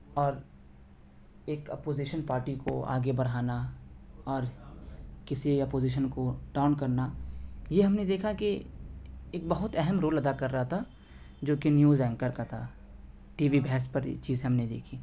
اور ایک opposition party کو آگے بڑھانا اور کسی اپوزیشن کو ٹاؤن کرنا یہ ہم نے دیکھا کہ ایک بہت اہم رول ادا کر رہا تہا جو کہ نیوز اینکر کا تہا ٹی وی بحث پر یہ چیز ہم نے دیکھی